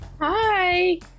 Hi